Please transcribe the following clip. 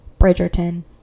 Bridgerton